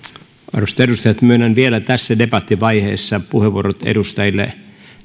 arvoisat edustajat myönnän vielä tässä debattivaiheessa puheenvuorot edustajille